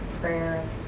prayer